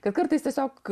kad kartais tiesiog